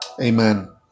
amen